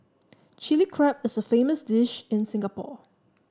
Chilli Crab is a famous dish in Singapore